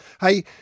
Hey